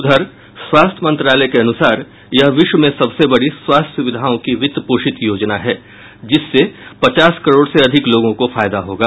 उधर स्वास्थ्य मंत्रालय के अनुसार यह विश्व में सबसे बड़ी स्वास्थ्य स्विधाओं की वित्त पोषित योजना है जिससे पचास करोड़ से अधिक लोगों को फायदा होगा